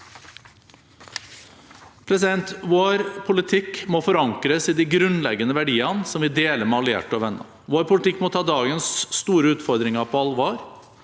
Vår politikk må forankres i de grunnleggende verdiene som vi deler med allierte og venner. Vår politikk må ta dagens store utfordringer på alvor,